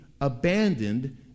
abandoned